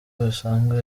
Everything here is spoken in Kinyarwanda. bisanzwe